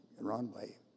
runway